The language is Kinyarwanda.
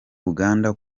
uganda